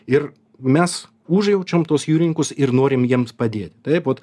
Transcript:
ir mes užjaučiam tuos jūrininkus ir norim jiems padėti taip vot